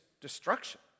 destruction